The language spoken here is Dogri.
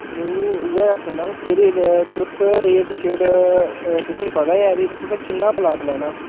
नेईं उ'ऐ आक्खा ना अ'ऊं केह् रेट तुस रेट शेट तुसें ई पता गै भी तुसें किन्ना दा प्लाट लैना